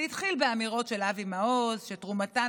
זה התחיל באמירות של אבי מעוז שתרומתן